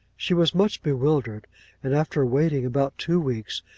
she was much bewildered and after waiting about two weeks,